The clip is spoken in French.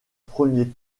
premier